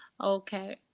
Okay